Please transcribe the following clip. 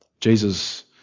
Jesus